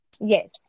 yes